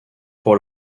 pour